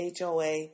HOA